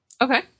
Okay